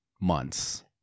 months